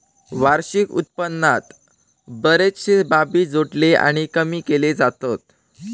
वार्षिक उत्पन्नात बरेचशे बाबी जोडले आणि कमी केले जातत